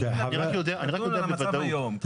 דברו על המצב היום.